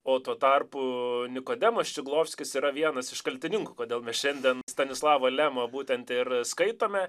o tuo tarpu nikodemas čiglovskis yra vienas iš kaltininkų kodėl mes šiandien stanislavą lemą būtent ir skaitome